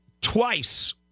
twice